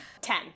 ten